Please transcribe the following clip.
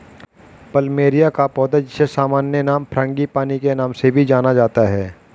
plumeria का पौधा, जिसे सामान्य नाम फ्रांगीपानी के नाम से भी जाना जाता है